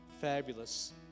Fabulous